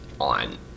on